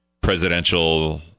presidential